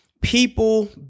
people